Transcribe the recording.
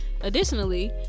Additionally